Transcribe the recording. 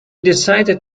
decided